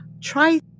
Try